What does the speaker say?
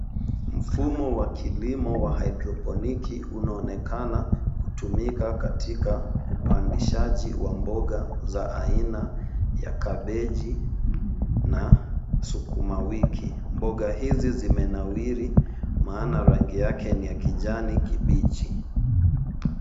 Mfumo wa kilimo wa haidroponiki, unaonekana kutumika katika upandishaji wa mboga za aina ya kabeji na sukuma wiki. Mboga hizi zimenawiri maana rangi yake ni ya kijani kibichi.